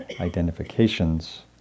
identifications